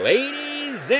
Ladies